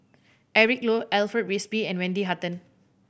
Eric Low Alfred Frisby and Wendy Hutton